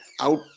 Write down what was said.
out